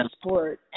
sport